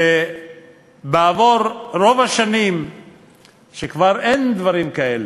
שבעבור השנים כבר אין דברים כאלה,